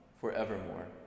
forevermore